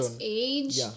age